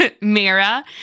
Mira